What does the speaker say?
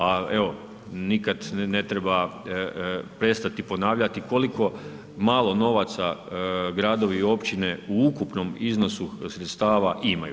A evo, nikad ne treba prestati ponavljati koliko malo novaca gradovi i općine u ukupnom iznosu sredstava imaju.